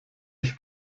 ich